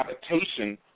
habitation